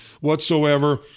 whatsoever